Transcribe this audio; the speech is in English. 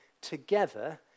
together